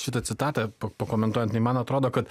šitą citatą pakomentuojant man atrodo kad